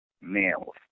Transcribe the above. males